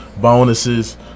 bonuses